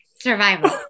survival